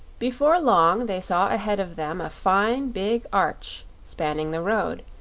before long they saw ahead of them a fine big arch spanning the road,